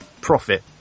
profit